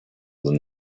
than